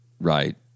Right